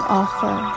offer